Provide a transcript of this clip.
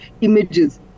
images